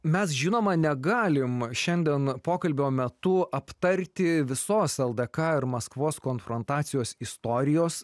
mes žinoma negalim šiandien pokalbio metu aptarti visos ldk ir maskvos konfrontacijos istorijos